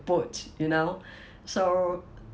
put you know so